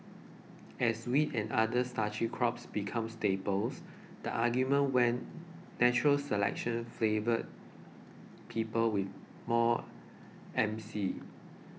as wheat and other starchy crops become staples the argument went natural selection flavoured people with more M C